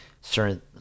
certain